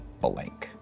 blank